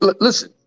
listen